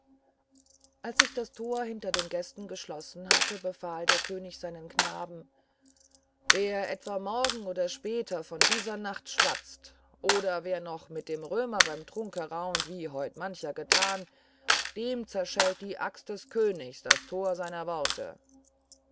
als sich das tor hinter den gästen geschlossen hatte befahl der könig seinen knaben wer etwa morgen oder später von dieser nacht schwatzt oder wer noch mit dem römer beim trunke raunt wie heut mancher getan dem zerschellt die axt des königs das tor seiner worte